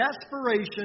desperation